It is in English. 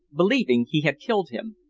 believing he had killed him.